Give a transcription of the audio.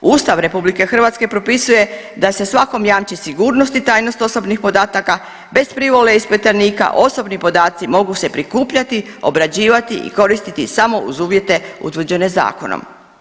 Ustav RH propisuje da se svakom jamči sigurnost i tajnost osobnih podataka bez privole iz … [[Govornik se ne razumije]] , osobni podaci mogu se prikupljati, obrađivati i koristiti samo uz uvjete utvrđene zakonom.